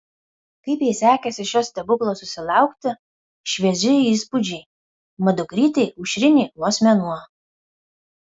kaip jai sekėsi šio stebuklo susilaukti švieži įspūdžiai mat dukrytei aušrinei vos mėnuo